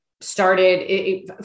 started